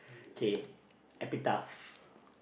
okay